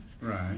Right